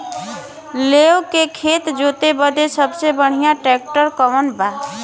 लेव के खेत जोते बदे सबसे बढ़ियां ट्रैक्टर कवन बा?